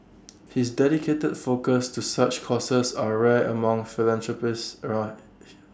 his dedicated focus to such causes are rare among philanthropists aright